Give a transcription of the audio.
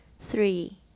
Three